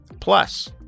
Plus